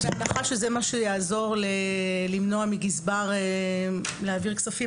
בהנחה שזה מה שיעזור כדי למנוע מהגזבר להעביר כספים,